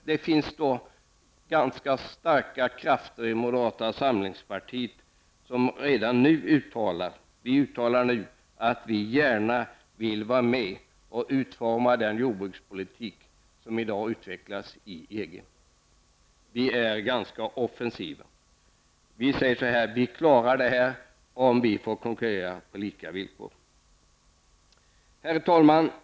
Det finns ganska starka krafter i moderata samlingspartiet som redan nu uttalar att vi gärna vill vara med och utforma den jordbrukspolitik som i dag utvecklas i EG. Vi är ganska offensiva. Vi säger att vi klarar detta om vi får konkurrera på lika villkor. Herr talman!